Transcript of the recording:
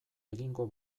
egingo